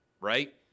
right